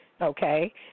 Okay